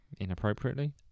Inappropriately